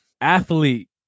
Athlete